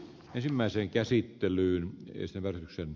ensimmäiseen käsittelyyn ei jatkuu